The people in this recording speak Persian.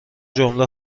جمله